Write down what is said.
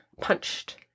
punched